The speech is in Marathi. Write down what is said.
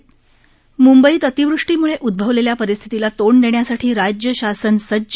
म्ंबईत अतिवृष्टीम्ळे उद्भवलेल्या परिस्थितीला तोंड देण्यासाठी राज्य शासन सज्ज